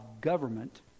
government